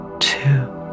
two